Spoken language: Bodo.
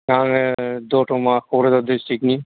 आङो दत'मा क'क्राझार दिस्ट्रिक्ट नि